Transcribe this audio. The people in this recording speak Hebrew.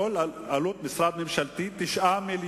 מכיוון